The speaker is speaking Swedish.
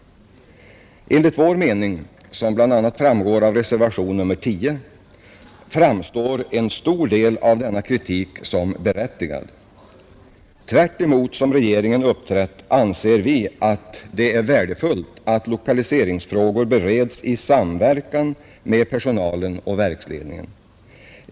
Enligt vår mening, som bl.a. framgår av reservation nr 10, framstår en stor del av denna kritik som berättigad. Tvärtemot regeringens uppträdande anser vi att det är värdefullt att lokaliseringsfrågor bereds i samverkan med personalen och verksledningen.